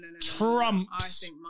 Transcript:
trumps